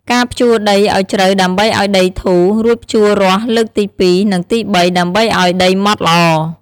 ការភ្ជួរដីឱ្យជ្រៅដើម្បីឱ្យដីធូរ រួចភ្ជួររាស់លើកទីពីរ និងទីបី ដើម្បីឱ្យដីម៉ដ្ឋល្អ។